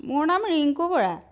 মোৰ নাম ৰিংকু বৰা